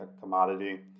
commodity